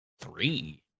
Three